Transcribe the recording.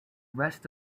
rest